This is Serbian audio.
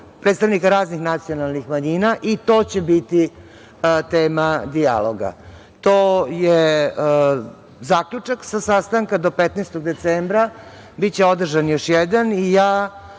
predstavnika raznih nacionalnih manjina i to će biti tema dijaloga. To je zaključak sa sastanka do 15. decembra biće održan još jedan i ja